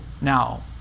now